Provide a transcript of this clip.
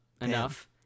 enough